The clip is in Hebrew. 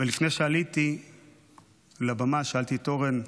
לפני שעליתי לבמה שאלתי את אורן,